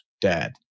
Dad